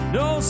no